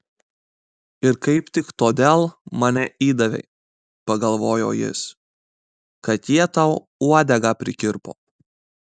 ir kaip tik todėl mane įdavei pagalvojo jis kad jie tau uodegą prikirpo